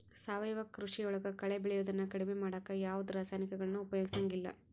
ಸಾವಯವ ಕೃಷಿಯೊಳಗ ಕಳೆ ಬೆಳಿಯೋದನ್ನ ಕಡಿಮಿ ಮಾಡಾಕ ಯಾವದ್ ರಾಸಾಯನಿಕಗಳನ್ನ ಉಪಯೋಗಸಂಗಿಲ್ಲ